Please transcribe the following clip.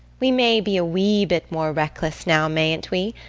we may be a wee bit more reckless now, mayn't we?